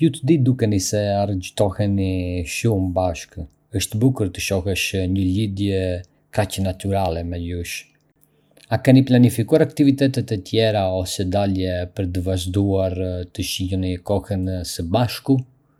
Ju të dy dukeni se argëtoheni shumë bashkë... është bukur të shohësh një lidhje kaq natyrale mes jush. A keni planifikuar aktivitete të tjera ose dalje për të vazhduar të shijoni kohën së bashku?